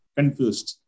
Confused